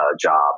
job